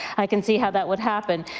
i can see how that would happen.